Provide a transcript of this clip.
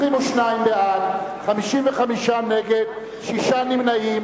22 בעד, 55 נגד, שישה נמנעים.